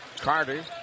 Carter